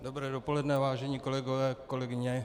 Dobré dopoledne, vážení kolegové, kolegyně.